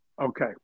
Okay